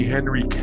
Henry